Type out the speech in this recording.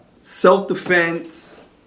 self-defense